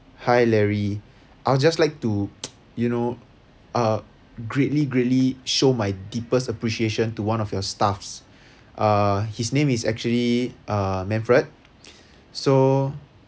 hi larry I'll just like to you know uh greatly greatly show my deepest appreciation to one of your staffs uh his name is actually uh manfred so